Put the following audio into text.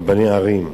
רבני ערים: